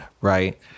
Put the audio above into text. right